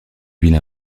villes